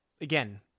Again